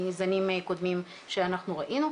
מזנים קודמים שאנחנו ראינו,